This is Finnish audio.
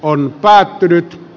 on päättynyt